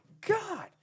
God